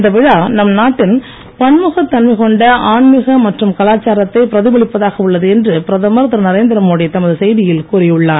இந்த விழா நம் நாட்டின் பன்முகத் தன்மை கொண்ட ஆன்மீக மற்றும் கலாச்சாரத்தை பிரதிபலிப்பதாக உள்ளது என்று பிரதமர் திரு நரேந்திமோடி தமது செய்தியில் கூறி உள்ளார்